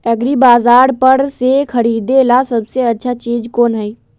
एग्रिबाजार पर से खरीदे ला सबसे अच्छा चीज कोन हई?